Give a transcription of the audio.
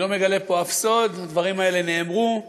אני לא מגלה פה שום סוד, הדברים האלה נאמרו.